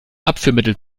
abführmittel